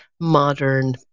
modern